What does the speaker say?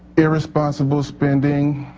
irresponsible spending